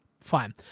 fine